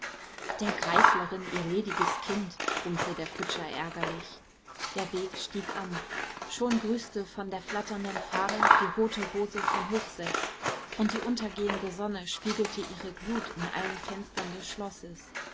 der greislerin ihr lediges kind brummte der kutscher ärgerlich der weg stieg an schon grüßte von der flatternden fahne die rote rose von hochseß und die untergehende sonne spiegelte ihre glut in allen fenstern des schlosses